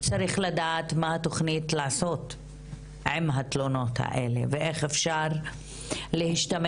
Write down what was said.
צריך לדעת מה התכנית לעשות עם התלונות האלה ואיך אפשר להשתמש